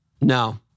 No